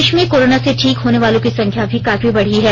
देश में कोरोना से ठीक होने वालों की संख्या भी काफी बढ़ी है